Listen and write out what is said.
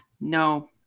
No